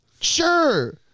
Sure